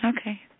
Okay